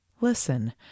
Listen